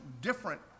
different